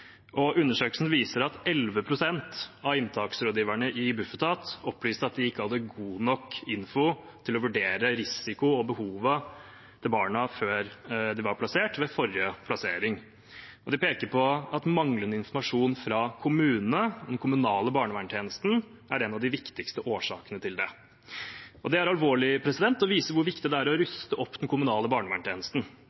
Undersøkelsen viser at 11 pst. av inntaksrådgiverne i Bufetat opplyste at de ikke hadde god nok info til å vurdere risiko og behovet til barna før de var plassert, ved forrige plassering, og de peker på at manglende informasjon fra kommunene, den kommunale barnevernstjenesten, er en av de viktigste årsakene til det. Det er alvorlig og viser hvor viktig det er å